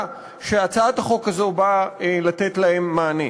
שהצעת החוק הזאת באה לתת להם מענה.